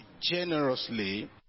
generously